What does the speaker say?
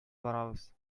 барабыз